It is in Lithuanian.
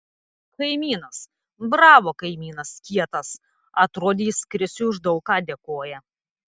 kaimynas bravo kaimynas kietas atrodė jis krisiui už daug ką dėkoja